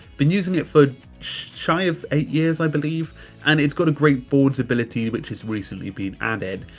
been using it for shy of eight years, i believe. and it's got a great boards ability which has recently been added.